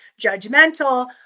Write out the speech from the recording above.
judgmental